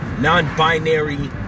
non-binary